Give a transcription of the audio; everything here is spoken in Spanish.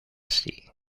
así